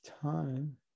time